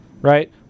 right